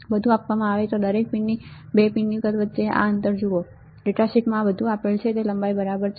બધું આપવામાં આવે છે તમે દરેક પિનની 2 પિનની કદ વચ્ચે આ અંતર જુઓ ડેટા શીટમાં બધુ આપેલ છે તે લંબાઈ બરાબર છે